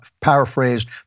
paraphrased